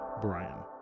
Brian